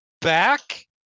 back